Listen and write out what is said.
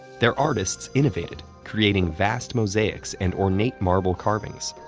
their artists innovated, creating vast mosaics and ornate marble carvings.